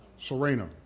Serena